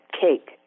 cake